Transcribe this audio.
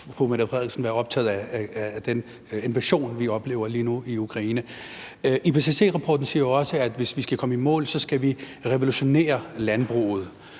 fru Mette Frederiksen været optaget af den invasion, vi oplever lige nu i Ukraine. IPCC-rapporten siger jo også, at hvis vi skal komme i mål, skal vi revolutionere landbruget.